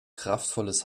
kraftvolles